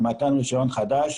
מתן רישיון חדש,